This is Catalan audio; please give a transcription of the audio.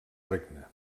regne